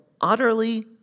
Utterly